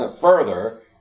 further